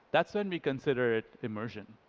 that's when we consider it immersion.